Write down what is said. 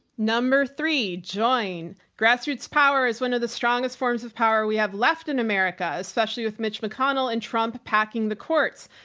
number three, join. grassroots power is one of the strongest forms of power we have left in america, especially with mitch mcconnell and trump packing the courts.